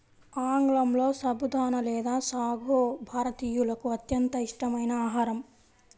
ఆంగ్లంలో సబుదానా లేదా సాగో భారతీయులకు అత్యంత ఇష్టమైన ఆహారం